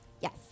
Yes